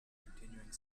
continuing